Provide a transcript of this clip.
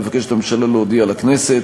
מבקשת הממשלה להודיע לכנסת